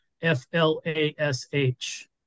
F-L-A-S-H